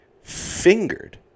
fingered